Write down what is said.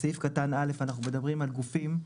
בסעיף קטן א' אנחנו מדברים על גופים.